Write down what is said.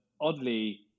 oddly